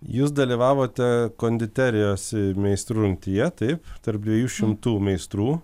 jus dalyvavote konditerijos meistrų rungtyje taip tarp dviejų šimtų meistrų